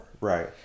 right